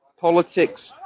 politics